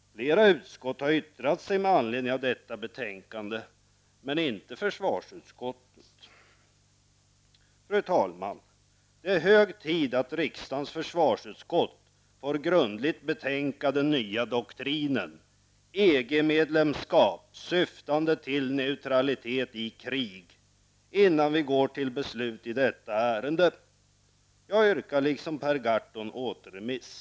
Flera utskott har yttrat sig med anledning av detta betänkande men inte försvarsutskottet. Fru talman! Det är hög tid att riksdagens försvarsutskott får grundligt betänka den nya doktrinen: ''EG-medlemskap syftande till neutralitet i krig'' innan vi går till beslut i detta ärende. Jag yrkar liksom Per Gahrton återremiss.